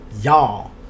y'all